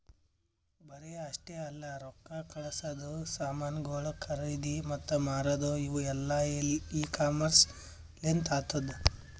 ಬರೇ ಅಷ್ಟೆ ಅಲ್ಲಾ ರೊಕ್ಕಾ ಕಳಸದು, ಸಾಮನುಗೊಳ್ ಖರದಿ ಮತ್ತ ಮಾರದು ಇವು ಎಲ್ಲಾನು ಇ ಕಾಮರ್ಸ್ ಲಿಂತ್ ಆತ್ತುದ